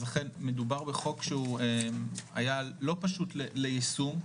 אכן מדובר בחוק שהיה לא פשוט ליישום,